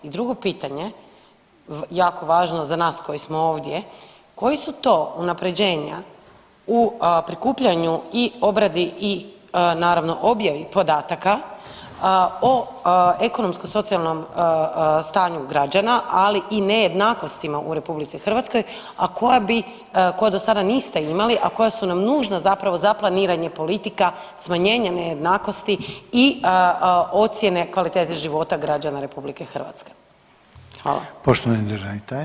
I drugo pitanje jako važno za nas koji smo ovdje, koja su to unapređenja u prikupljanju i obrati i naravno objavi podataka o ekonomsko-socijalnom stanju građana, ali i nejednakostima u RH, koja do sada niste imali, a koja su nam nužna zapravo za planiranje politika, smanjenja nejednakosti i ocjene kvalitete života građana RH?